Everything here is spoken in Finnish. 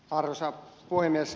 arvoisa puhemies